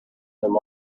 them